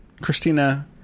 Christina